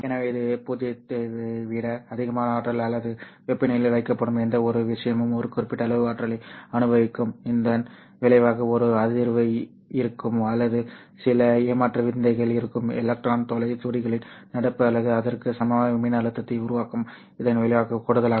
எனவே 0 ஐ விட அதிகமான ஆற்றல் அல்லது வெப்பநிலையில் வைக்கப்படும் எந்தவொரு விஷயமும் ஒரு குறிப்பிட்ட அளவு ஆற்றலை அனுபவிக்கும் இதன் விளைவாக ஒரு அதிர்வு இருக்கும் அல்லது சில ஏமாற்று வித்தைகள் இருக்கும் எலக்ட்ரான் துளை ஜோடிகளின் நடப்பு அல்லது அதற்கு சமமான மின்னழுத்தத்தை உருவாக்கும் இதன் விளைவாக கூடுதலாக